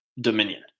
dominion